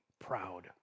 proud